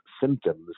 symptoms